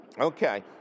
Okay